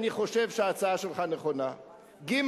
אני חושב שההצעה שלך נכונה, ג.